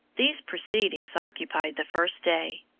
these proceedings occupied the first day.